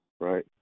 Right